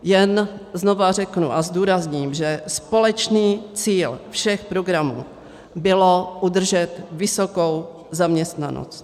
Jen znovu řeknu a zdůrazním, že společný cíl všech programů bylo udržet vysokou zaměstnanost.